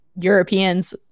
Europeans